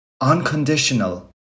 unconditional